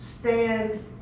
stand